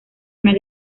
una